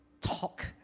talk